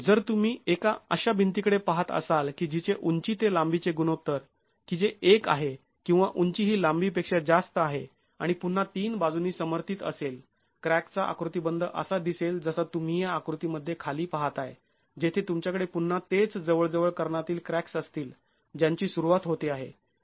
जरी तुम्ही एका अशा भिंतीकडे पाहत असाल की जिचे उंची ते लांबीचे गुणोत्तर की जे एक आहे किंवा उंची ही लांबीपेक्षा जास्त आहे आणि पुन्हा तीन बाजूंनी समर्थित असेल क्रॅकचा आकृतिबंध असा दिसेल जसा तुम्ही या आकृतीमध्ये खाली पाहताय जेथे तुमच्याकडे पुन्हा तेच जवळजवळ कर्णातील क्रॅक्स् असतील ज्यांची सुरुवात होते आहे